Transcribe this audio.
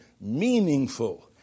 meaningful